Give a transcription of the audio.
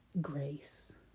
Grace